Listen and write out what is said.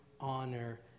honor